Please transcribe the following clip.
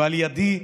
ועל ידי,